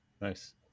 Nice